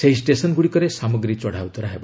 ସେହି ଷ୍ଟେସନ୍ଗୁଡ଼ିକରେ ସାମଗ୍ରୀ ଚଢ଼ାଉତରା ହେବ